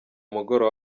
mugoroba